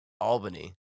Albany